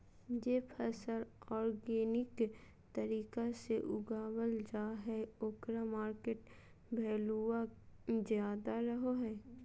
जे फसल ऑर्गेनिक तरीका से उगावल जा हइ ओकर मार्केट वैल्यूआ ज्यादा रहो हइ